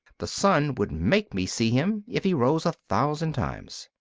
the sun would make me see him if he rose a thousand times.